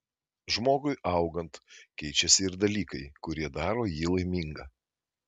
žmogui augant keičiasi ir dalykai kurie daro jį laimingą